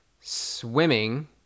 swimming